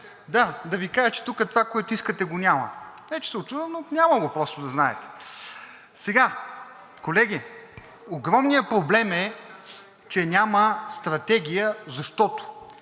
Да, да Ви кажа, че тук това, което искате, го няма. Не, че се учудвам, но няма го, просто да знаете. Колеги, огромният проблем е, че няма стратегия, защото,